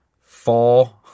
Four